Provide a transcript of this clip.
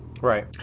right